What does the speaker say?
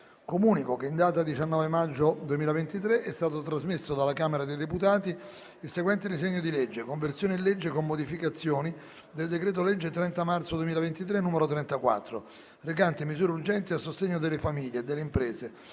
Comunico che, in data 19 maggio 2023, è stato trasmesso dalla Camera dei deputati il seguente disegno di legge: «Conversione in legge, con modificazioni, del decreto-legge 30 marzo 2023, n. 34, recante misure urgenti a sostegno delle famiglie e delle imprese